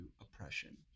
oppression